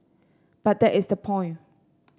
but that is the point